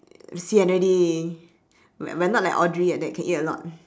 sian already like we~ we're not like audrey like that can eat a lot